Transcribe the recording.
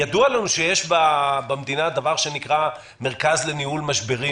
ידוע לנו שיש במדינה דבר שנקרא מרכז לניהול משברים,